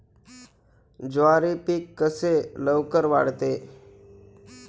ज्वारी पीक कसे लवकर वाढते?